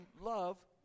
love